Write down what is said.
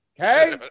Okay